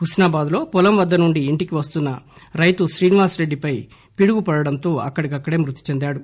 హుస్నాబాద్ లో పొలంవద్ద నుండి ఇంటికి వస్తున్న రైతు శ్రీనివాస్ రెడ్డి పై పిడుగు పడడంతో అక్కడిక్కడే మృతి చెందాడు